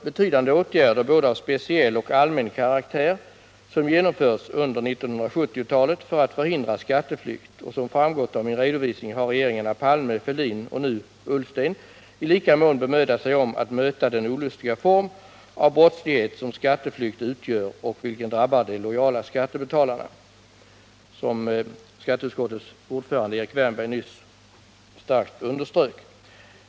Betydande åtgärder av både speciell och allmän karaktär har alltså genomförts under 1970-talet för att förhindra skatteflykt, och som framgått av min redovisning har regeringarna Palme, Fälldin och nu Ullsten i lika mån bemödat sig om att möta den olustiga form av brottslighet som skatteflykt utgör och som drabbar de lojala skattebetalarna, vilket skatteutskottets ordförande Erik Wärnberg nyss starkt underströk.